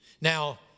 Now